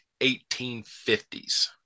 1850s